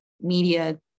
media